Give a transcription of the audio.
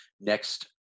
Next